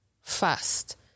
fast